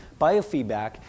biofeedback